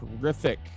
terrific